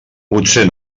potser